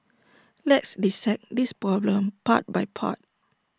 let's dissect this problem part by part